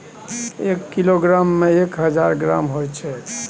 एक किलोग्राम में एक हजार ग्राम होय छै